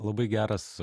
labai geras